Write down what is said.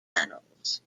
panels